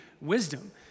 wisdom